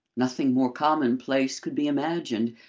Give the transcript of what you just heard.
nothing more commonplace could be imagined,